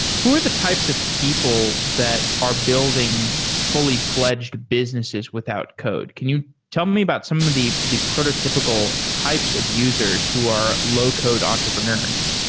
who are the types of people that are building fully-fl edged businesses without code? can you tell me about some of the the prototypical types of users who are low-code entrepreneurs?